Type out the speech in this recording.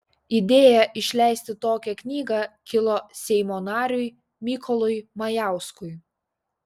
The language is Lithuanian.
idėja išleisti tokią knygą kilo seimo nariui mykolui majauskui